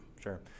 Sure